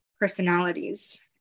personalities